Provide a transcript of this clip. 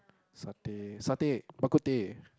satay satay bak-kut-teh